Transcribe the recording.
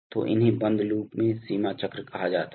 तो इन्हें बंद लूप में सीमा चक्र कहा जाता है